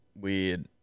Weird